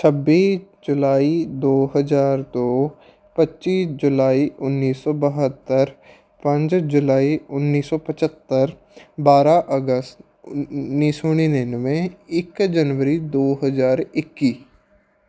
ਛੱਬੀ ਜੁਲਾਈ ਦੋ ਹਜ਼ਾਰ ਦੋ ਪੱਚੀ ਜੁਲਾਈ ਉੱਨੀ ਸੋ ਬਹੱਤਰ ਪੰਜ ਜੁਲਾਈ ਉੱਨੀ ਸੌ ਪਝੱਤਰ ਬਾਰ੍ਹਾਂ ਅਗਸਤ ਉੱਨੀ ਸੌ ਨੜ੍ਹਿਨਵੇਂ ਇੱਕ ਜਨਵਰੀ ਦੋ ਹਜ਼ਾਰ ਇੱਕੀ